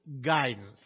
guidance